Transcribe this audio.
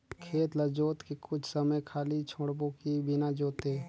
खेत ल जोत के कुछ समय खाली छोड़बो कि बिना जोते?